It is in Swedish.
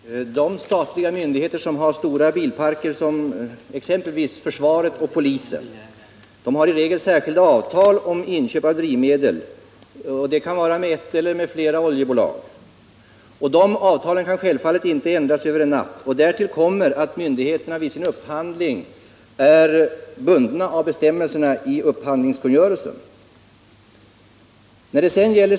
Herr talman! De statliga myndigheter som har stora bilparker, exempelvis försvaret och polisen, har i regel särskilda avtal om inköp av drivmedel, och det kan gälla ett eller flera oljebolag. Dessa avtal kan självfallet inte ändras över en natt. Därtill kommer att myndigheterna vid sin upphandling är bundna av bestämmelserna i upphandlingskungörelsen.